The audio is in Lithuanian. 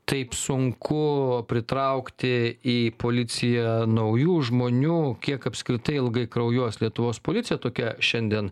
taip sunku pritraukti į policiją naujų žmonių kiek apskritai ilgai kraujuos lietuvos policija tokia šiandien